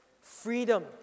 freedom